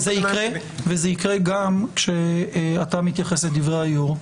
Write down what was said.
וזה יקרה גם כשאתה מתייחס לדברי היו"ר.